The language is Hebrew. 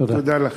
תודה לכם.